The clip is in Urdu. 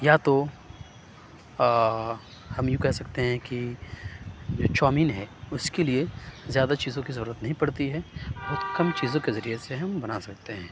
یا تو ہم یوں کہہ سکتے ہیں کہ جو چومین ہے اُس کے لیے زیادہ چیزوں کی ضرورت نہیں پڑتی ہے بہت کم چیزوں کے ذریعے سے ہم بنا سکتے ہیں